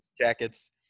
jackets